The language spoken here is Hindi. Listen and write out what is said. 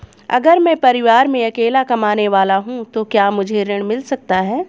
अगर मैं परिवार में अकेला कमाने वाला हूँ तो क्या मुझे ऋण मिल सकता है?